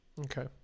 okay